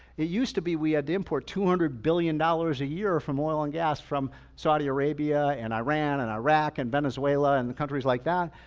it used to be we had to import two hundred billion dollars a year from oil and gas from saudi arabia and iran and iraq and venezuela and the countries like that.